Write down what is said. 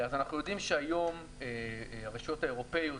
אז אנחנו יודעים שהיום הרשויות האירופאיות,